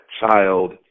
child